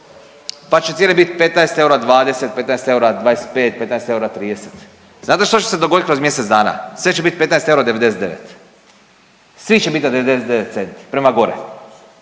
pa će cijene biti 15 eura 20, 15 eura 25, 15 eura 30. Znate što će se dogoditi kroz mjesec dana? Sve će biti 15 eura 99, svi će biti na 99 centi prema gore.